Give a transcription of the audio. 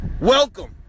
Welcome